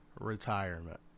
retirement